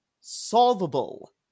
solvable